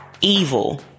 Evil